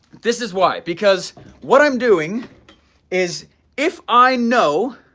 this is why because what i'm doing is if i know,